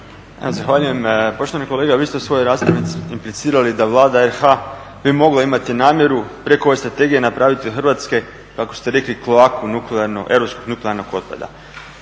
Zahvaljujem. Poštovani kolega, vi ste u svojoj raspravi implicirali da Vlada RH bi mogla imati namjeru preko ove strategije napraviti od Hrvatske kako ste rekli klaku nuklearnu, europskog nuklearnog otpada.